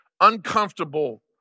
uncomfortable